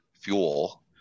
fuel